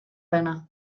dena